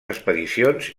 expedicions